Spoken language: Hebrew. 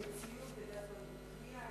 על ציוד בגז מדמיע,